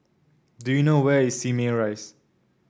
do you know where is Simei Rise